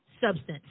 substance